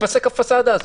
תיפסק הפסאדה הזאת.